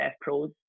pros